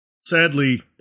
Sadly